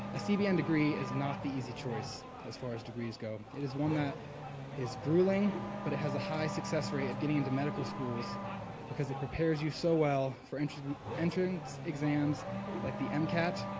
a cbn degree is not the easy choice as far as degrees go. it is one that is grueling but it has a success rate of getting into medical schools because it prepares you so well for entering entering exams like the mcat